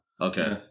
Okay